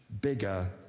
bigger